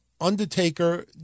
Undertaker